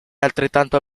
altrettanto